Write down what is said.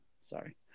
Sorry